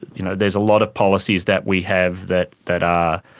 you know, there's a lot of policies that we have that that are,